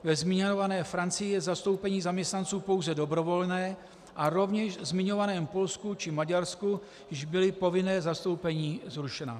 Ve zmiňované Francii je zastoupení zaměstnanců pouze dobrovolné, a rovněž ve zmiňovaném Polsku či Maďarsku již byla povinná zastoupení zrušena.